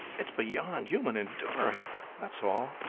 it's beyond human enduring that's all.